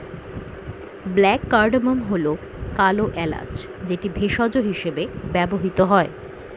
black cardamom হল কালো এলাচ যেটি ভেষজ হিসেবে ব্যবহৃত হয়